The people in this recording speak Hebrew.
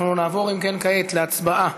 אנחנו נעבור כעת להצבעה